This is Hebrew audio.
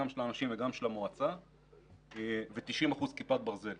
גם של האנשים וגם של המועצה ו-90% כיפת ברזל.